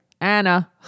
Anna